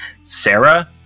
Sarah